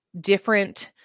different